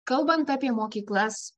kalbant apie mokyklas